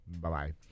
Bye-bye